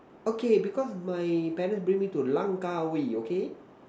okay because my parents bring me to Langkawi okay